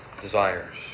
desires